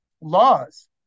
laws